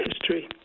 history